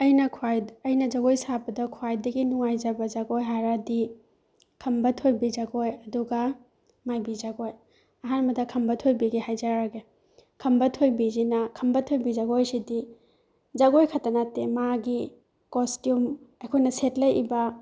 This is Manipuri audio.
ꯑꯩꯅ ꯑꯩꯅ ꯖꯒꯣꯏ ꯁꯥꯕꯗ ꯈ꯭ꯋꯥꯏꯗꯒꯤ ꯅꯨꯡꯉꯥꯏꯖꯕ ꯖꯒꯣꯏ ꯍꯥꯏꯔꯗꯤ ꯈꯝꯕ ꯊꯣꯏꯕꯤ ꯖꯒꯣꯏ ꯑꯗꯨꯒ ꯃꯥꯏꯕꯤ ꯖꯒꯣꯏ ꯑꯍꯥꯝꯕꯗ ꯈꯝꯕ ꯊꯣꯏꯕꯤꯒꯤ ꯍꯥꯏꯖꯔꯒꯦ ꯈꯝꯕ ꯊꯣꯏꯕꯤꯁꯤꯅ ꯈꯝꯕ ꯊꯣꯏꯕꯤ ꯖꯒꯣꯏ ꯁꯤꯗꯤ ꯖꯒꯣꯏꯈꯛꯇ ꯅꯠꯇꯦ ꯃꯥꯒꯤ ꯀꯣꯏꯇ꯭ꯌꯨꯝ ꯑꯩꯈꯣꯏꯅ ꯁꯦꯠꯂꯛꯏꯕ